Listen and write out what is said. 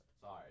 Sorry